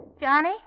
Johnny